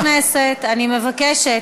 חברי הכנסת, אני מבקשת.